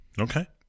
Okay